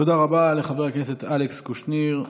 תודה רבה לחבר הכנסת אלכס קושניר.